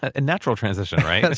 a natural transition, right?